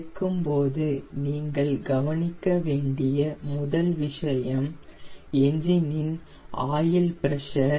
இயக்கும்போது நீங்கள் கவனிக்க வேண்டிய முதல் விஷயம் என்ஜின் இன் ஆயில் பிரஷர்